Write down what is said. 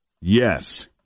Yes